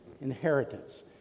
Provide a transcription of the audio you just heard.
inheritance